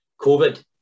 COVID